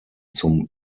zum